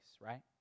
right